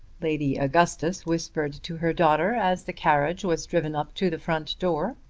lady augustus whispered to her daughter as the carriage was driven up to the front door.